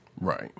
right